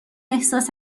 احساس